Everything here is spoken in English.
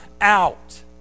out